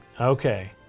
Okay